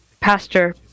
pastor